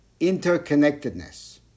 interconnectedness